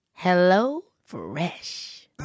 HelloFresh